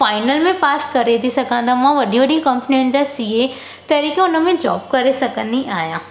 final में pass करे थी सघां त मां वॾी वॾी कम्पनियुनि जा सी ए तरीक़े हुनमें जॉब करे सघंदी आहियां